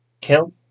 kill